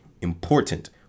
important